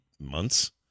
months